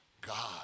God